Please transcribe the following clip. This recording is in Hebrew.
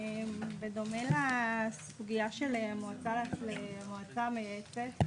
בדומה לסוגייה של המועצה המייעצת,